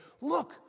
look